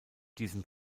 diesem